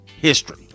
history